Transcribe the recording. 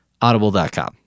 Audible.com